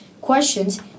questions